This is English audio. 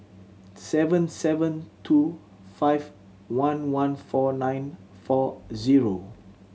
seven seven two five one one four nine four zero